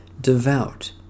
devout